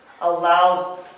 allows